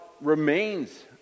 remains